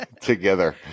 together